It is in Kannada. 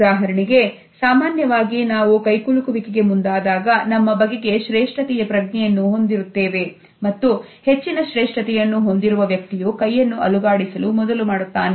ಉದಾಹರಣೆಗೆ ಸಾಮಾನ್ಯವಾಗಿ ನಾವು ಕೈಕುಲುಕು ವಿಕೆಗೆ ಮುಂದಾದಾಗ ನಮ್ಮ ಬಗೆಗೆ ಶ್ರೇಷ್ಠತೆಯ ಪ್ರಜ್ಞೆಯನ್ನು ಹೊಂದಿರುತ್ತೇವೆ ಮತ್ತು ಹೆಚ್ಚಿನ ಶ್ರೇಷ್ಠತೆಯನ್ನು ಹೊಂದಿರುವ ವ್ಯಕ್ತಿಯು ಕೈಯನ್ನು ಅಲುಗಾಡಿಸಲು ಮೊದಲು ಮಾಡುತ್ತಾನೆ